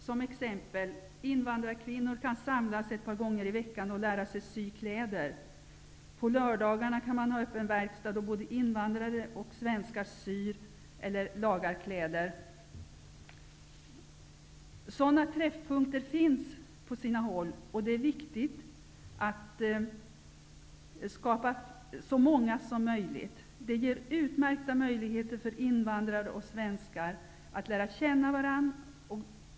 Så t.ex. kan invand rarkvinnor samlas ett par gånger i veckan och lära sig sy kläder. På lördagarna kan man ha ''öppen verkstad'', där invandrare och svenskar syr eller lagar kläder. Sådana träffpunkter finns på sina håll, och det är viktigt att det skapas så många som möjligt. Det ger utmärkta möjligheter för in vandrare och svenskar att lära känna varandra.